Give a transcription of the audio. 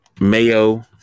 Mayo